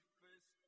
face